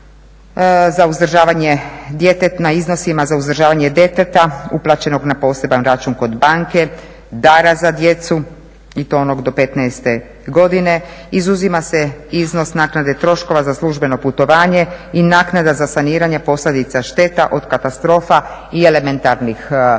se izuzima ovrha na iznosima za uzdržavanje djeteta uplaćenog na poseban račun kod banke, dara za djecu i to onog do 15. godine. Izuzima se iznos naknade troškova za službeno putovanje i naknada za saniranje posljedica šteta od katastrofa i elementarnih nepogoda.